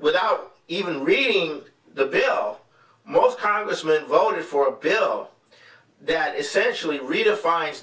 without even reading the bill most congressman voted for a bill that essentially redefine